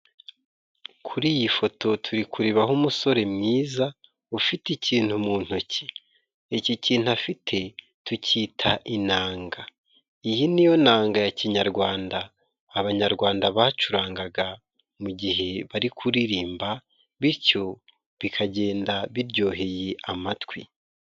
Kuri iyi foto turi kurebaho umusore mwiza ufite ikintu mu ntoki, iki kintu afite tucyita inanga. Iyi niyo nanga ya kinyarwanda abanyarwanda bacurangaga mu gihe bari kuririmba, bityo bikagenda biryoheye amatwi.